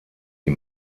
die